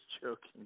joking